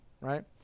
right